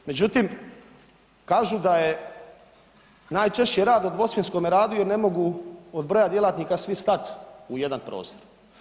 Međutim kažu da je najčešći rad u dvosmjenskome radu jer ne mogu od broja djelatnika svi stati u jedan prostor.